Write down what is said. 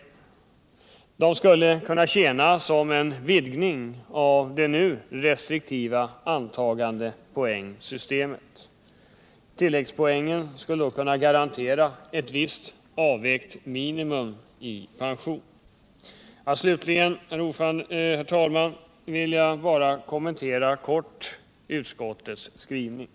Ett sådant system skulle kunna tjäna som vidgning av det nu restriktiva antagandepoängsystemet. Tilläggspoängen skulle då kunna garantera ett visst avvägt minimum i pension. Slutligen vill jag, herr talman, helt kort kommentera utskottets skrivning.